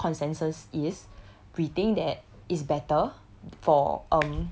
so if my group consensus is we think that is better